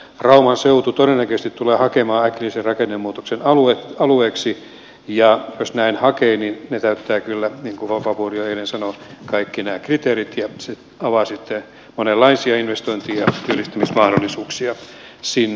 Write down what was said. rauman seutu todennäköisesti tulee hakemaan äkillisen rakennemuutoksen alueeksi ja jos näin hakee niin se täyttää kyllä niin kuin vapaavuori jo eilen sanoi kaikki nämä kriteerit ja se avaa sitten monenlaisia investointi ja työllistymismahdollisuuksia sinne